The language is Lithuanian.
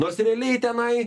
nors realiai tenai